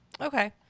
Okay